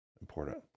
important